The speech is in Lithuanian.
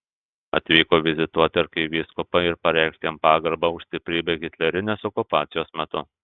atvyko vizituoti arkivyskupą ir pareikšti jam pagarbą už stiprybę hitlerinės okupacijos metu